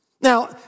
Now